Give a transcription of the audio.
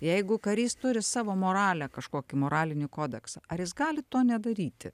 jeigu karys turi savo moralę kažkokį moralinį kodeksą ar jis gali to nedaryti